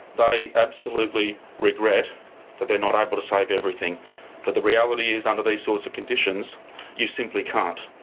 they absolutely regret that they're not able to save everything but the reality is under these sorts of conditions you simply can't.